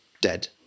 dead